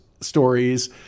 stories